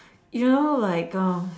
you know like um